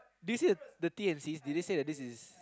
do you see the T and C did they say that this is